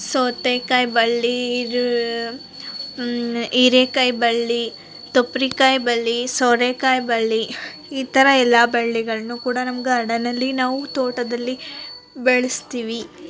ಸೌತೆ ಕಾಯಿ ಬಳ್ಳಿ ಹೀರೇಕಾಯ್ ಬಳ್ಳಿ ತೊಪ್ರಿಕಾಯಿ ಬಳ್ಳಿ ಸೋರೆಕಾಯಿ ಬಳ್ಳಿ ಈ ಥರ ಎಲ್ಲ ಬಳ್ಳಿಗಳನ್ನು ಕೂಡ ನಮ್ಮ ಗಾರ್ಡನಲ್ಲಿ ನಾವು ತೋಟದಲ್ಲಿ ಬೆಳೆಸ್ತೀವಿ